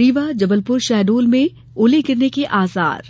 रीवा जबलपुर शहडोल में ओले गिरने के आसार